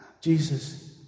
Jesus